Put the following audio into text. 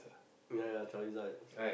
ya ya charizard